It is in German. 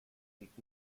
liegt